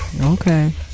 Okay